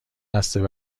قصد